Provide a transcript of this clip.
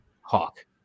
hawk